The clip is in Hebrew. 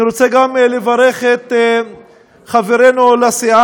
אני רוצה גם לברך את חברנו לסיעה,